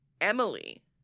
Emily